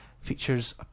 features